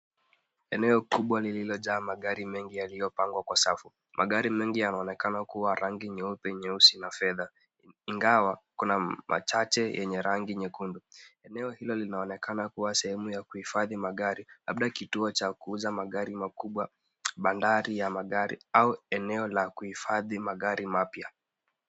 Eneo kubwa lilijaa magari mengi yaliyopangwa kwa safu. Magari mengi yanaonekana kua ya rangi nyeupe, nyeusi, na fedha ingawa machache ya rangi nyekundu. Eneo hilo linaonekana kua sehemu ya kuhifadhi magari, labda kituo cha kuuza magari makubwa, bandari ya magari, au eneo la kuhifadhi magari mapya.